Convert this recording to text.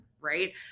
right